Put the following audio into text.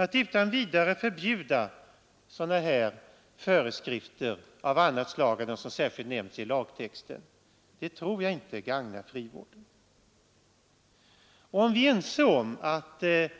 Att utan vidare förbjuda sådana här föreskrifter av annat slag än de som särskilt nämns i lagtexten tror jag inte gagnar frivården. Om vi är ense om att det